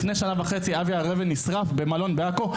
לפני שנה וחצי נשרף אדם במלון בעכו.